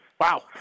Wow